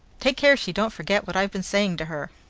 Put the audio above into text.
take care she don't forget what i've been saying to her.